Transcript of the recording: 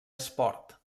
esport